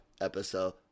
episode